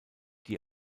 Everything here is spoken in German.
die